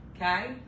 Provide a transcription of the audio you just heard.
okay